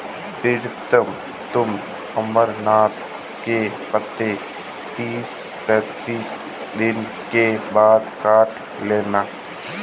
प्रीतम तुम अमरनाथ के पत्ते तीस पैंतीस दिन के बाद काट लेना